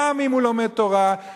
גם אם הוא לומד תורה,